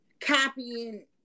copying